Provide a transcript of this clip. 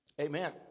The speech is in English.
Amen